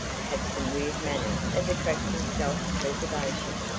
have some weird manner of attracting self preservation.